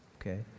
okay